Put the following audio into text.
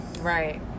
Right